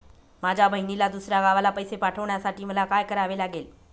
माझ्या बहिणीला दुसऱ्या गावाला पैसे पाठवण्यासाठी मला काय करावे लागेल?